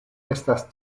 estas